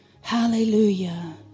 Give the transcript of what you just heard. Hallelujah